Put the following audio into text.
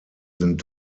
sind